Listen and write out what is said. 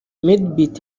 madebeat